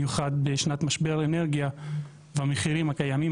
במיוחד בשנת משבר אנרגיה והמחירים הקיימים,